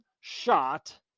shot